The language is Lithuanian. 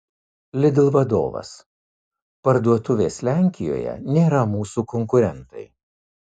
lidl vadovas parduotuvės lenkijoje nėra mūsų konkurentai